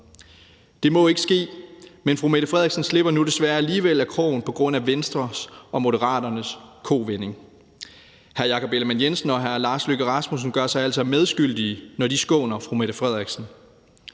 Det må ikke ske, men statsministeren slipper nu desværre alligevel af krogen på grund af Venstres og Moderaternes kovending. Hr. Jakob Ellemann-Jensen og hr. Lars Løkke Rasmussen gør sig altså medskyldige, når de skåner statsministeren.